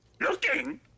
looking